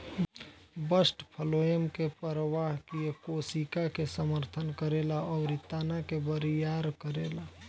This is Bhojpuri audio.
बस्ट फ्लोएम के प्रवाह किये कोशिका के समर्थन करेला अउरी तना के बरियार करेला